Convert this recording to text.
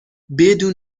بدون